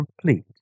complete